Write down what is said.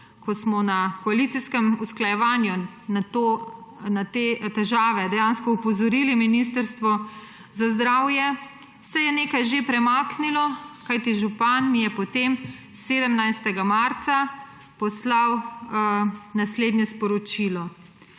Ko smo na koalicijskem usklajevanju na te težave dejansko opozorili Ministrstvo za zdravje, se je nekaj že premaknilo, kajti župan mi je potem 17. marca poslal naslednje sporočilo.